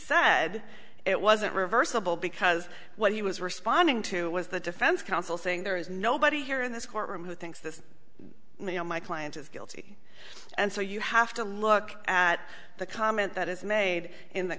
said it wasn't reversible because what he was responding to was the defense counsel saying there is nobody here in this courtroom who thinks this you know my client is guilty and so you have to look at the comment that is made in the